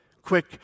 quick